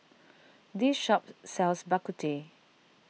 this shop sells Bak Kut Teh